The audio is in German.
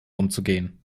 umzugehen